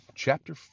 chapter